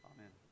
Amen